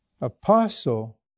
apostle